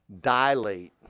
dilate